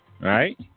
right